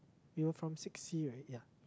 you're from six-C right ya